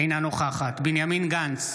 אינה נוכחת בנימין גנץ,